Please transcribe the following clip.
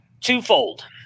twofold